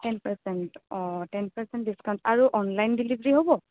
ten percent um ten percent discount আৰু online delivery হ'ব